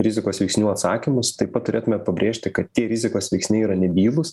rizikos veiksnių atsakymus taip pat turėtume pabrėžti kad tie rizikos veiksniai yra nebylūs